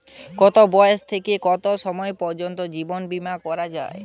কতো বয়স থেকে কত বয়স পর্যন্ত জীবন বিমা করা যায়?